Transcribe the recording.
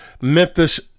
Memphis